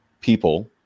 people